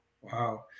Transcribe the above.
wow